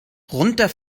runter